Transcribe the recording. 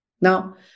Now